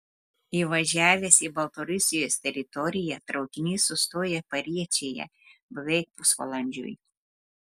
įvažiavęs į baltarusijos teritoriją traukinys sustoja pariečėje beveik pusvalandžiui